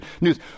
news